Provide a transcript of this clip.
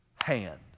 hand